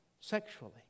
sexually